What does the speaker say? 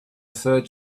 third